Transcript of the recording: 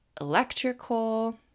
electrical